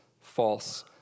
false